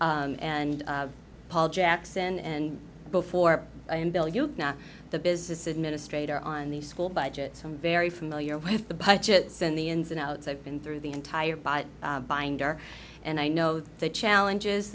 minus and paul jackson and before i am bill you know the business administrator on the school budget so i'm very familiar with the budgets and the ins and outs i've been through the entire body binder and i know the challenges